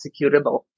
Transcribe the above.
executable